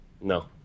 No